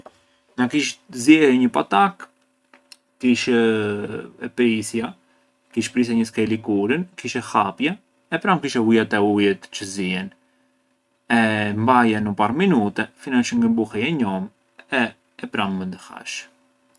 Na kish zieja një patak kish e prisjia, kish prisja një skaj likurën, kish e hapja e pra’ kish e vuja te ujët çë zjen e e mbaja no parë minute fina çë ngë buhet e njomë e-e pranë mënd e hash.